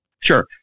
Sure